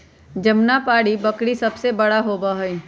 जमुनापारी बकरी सबसे बड़ा होबा हई